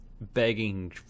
begging